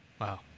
Wow